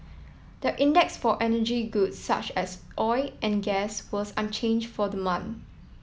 the index for energy goods such as oil and gas was unchanged for the month